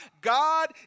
God